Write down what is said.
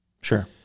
Sure